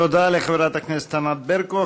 תודה לחברת הכנסת ענת ברקו.